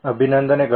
ಅಭಿನಂದನೆಗಳು